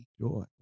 joy